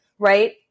Right